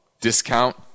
discount